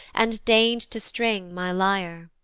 and deign'd to string my lyre.